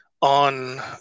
on